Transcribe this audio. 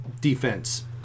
defense